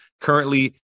Currently